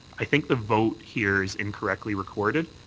i think the vote here is incorrectly recorded.